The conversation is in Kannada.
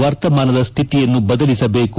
ವರ್ತಮಾನದ ಸ್ವಿತಿಯನ್ನು ಬದಲಿಸಬೇಕು